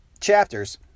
chapters